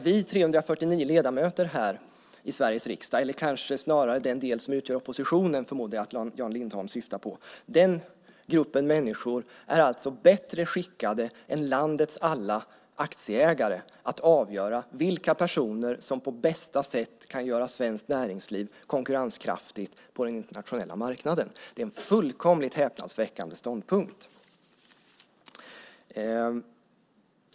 Vi 349 ledamöter i Sveriges riksdag, eller den grupp som Jan Lindholm kanske snarare syftar på, den del som utgör oppositionen, är alltså bättre skickade än landets alla aktieägare att avgöra vilka personer som på bästa sätt kan göra svenskt näringsliv konkurrenskraftigt på den internationella marknaden. Det är en fullkomligt häpnadsväckande ståndpunkt.